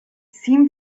seemed